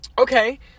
okay